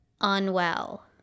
unwell